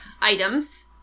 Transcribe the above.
items